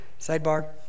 sidebar